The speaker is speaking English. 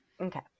Okay